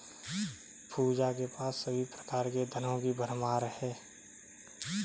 पूजा के पास सभी प्रकार के धनों की भरमार है